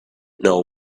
know